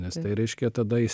nes tai reiškia tada jis